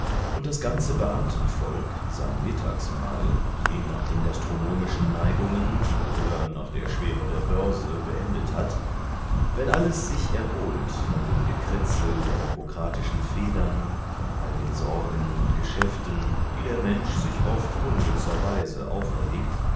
und das ganze beamtenvolk sein mittagsmahl je nach den gastronomischen neigungen oder nach der schwere der börse beendet hat wenn alles sich erholt von dem gekritzel der bürokratischen federn von all den sorgen und geschäften die der mensch sich oft unnützerweise auferlegt